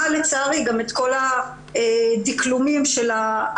לצערי היא שמעה את כל הדקלומים של האלימות